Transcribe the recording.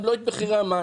גם לא את מחירי המים.